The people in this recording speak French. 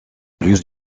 plus